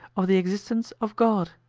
of the existence of god.